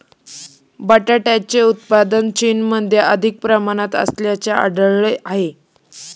बटाट्याचे उत्पादन चीनमध्ये अधिक प्रमाणात असल्याचे आढळले आहे